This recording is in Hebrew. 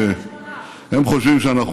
הם חושבים, בקריית שמונה.